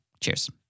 Cheers